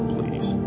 Please